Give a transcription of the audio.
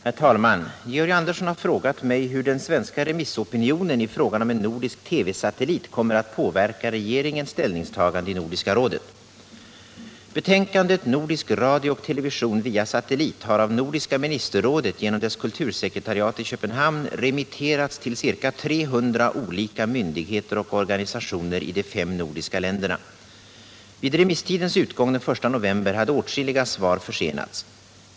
Herr talman! Georg Andersson har frågat mig hur den svenska remissopinionen i frågan om en nordisk TV-satellit kommer att påverka regeringens ställningstagande i Nordiska rådet. Betänkandet Nordisk radio och television via satellit har av Nordiska ministerrådet genom dess kultursekretariat i Köpenhamn remitterats till ca 300 olika myndigheter och organisationer i de fem nordiska länderna. Vid remisstidens utgång den 1 november hade åtskilliga svar försenats.